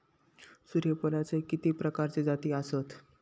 सूर्यफूलाचे किती प्रकारचे जाती आसत?